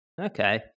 okay